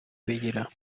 بگیرم